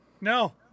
no